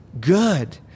good